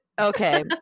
Okay